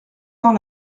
tant